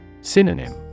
Synonym